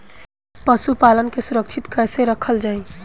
पशुपालन के सुरक्षित कैसे रखल जाई?